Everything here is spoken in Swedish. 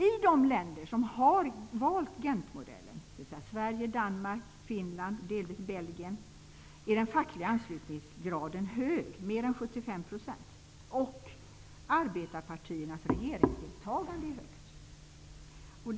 I de länder som har valt Gentmodellen, dvs. Sverige, Danmark, Finland och delvis Belgien, är den fackliga anslutningsgraden hög, mer än 75 %, och arbetarpartiernas regeringsdeltagande högt.